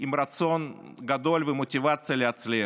עם רצון גדול ומוטיבציה להצליח.